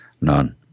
None